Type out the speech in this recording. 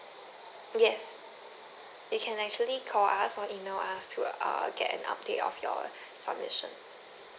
yes you can actually call us or email us to err get an update of your submission